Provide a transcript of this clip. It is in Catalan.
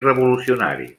revolucionari